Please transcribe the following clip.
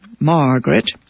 Margaret